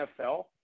NFL